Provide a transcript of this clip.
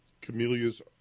camellias